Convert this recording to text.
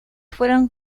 fueron